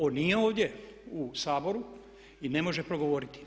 On nije ovdje u Saboru i ne može progovoriti.